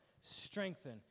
strengthen